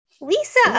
Lisa